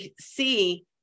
see